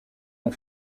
ont